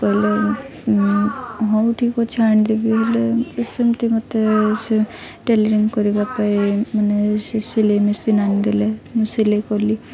କହିଲ ହଉ ଠିକ୍ ଆଣିଦେବି ହେଲେ ସେମିତି ମୋତେ ସେ ଟେଲିରିଂ କରିବା ପାଇଁ ମାନେ ସେ ସିଲେଇ ମେସିନ୍ ଆଣିଦେଲେ ମୁଁ ସିଲେଇ କଲି